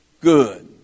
good